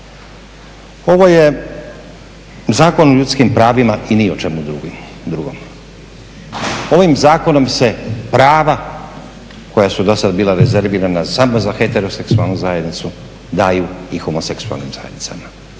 Ovo je zakon o ljudskim pravima i ni o čemu drugom. Ovim zakonom se prava koja su dosad bila rezervirana samo za heteroseksualnu zajednicu daju i homoseksualnim zajednicama.